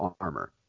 armor